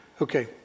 Okay